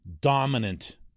dominant